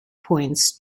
points